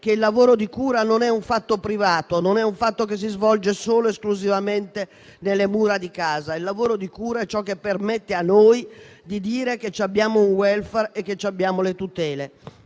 che il lavoro di cura non è un fatto privato, che si svolge solo ed esclusivamente tra le mura di casa. Il lavoro di cura è ciò che ci permette di dire che abbiamo un *welfare* e le tutele.